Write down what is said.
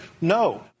No